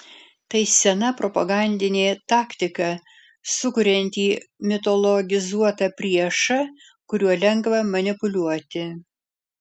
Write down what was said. tai sena propagandinė taktika sukuriantį mitologizuotą priešą kuriuo lengva manipuliuoti